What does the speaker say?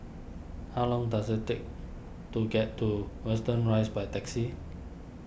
how long does it take to get to Watten Rise by taxi